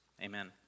Amen